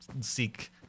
seek